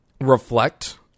reflect